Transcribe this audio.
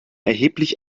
erheblich